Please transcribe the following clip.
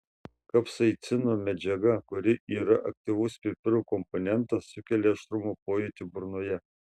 kapsaicino medžiaga kuri yra aktyvus pipirų komponentas sukelia aštrumo pojūtį burnoje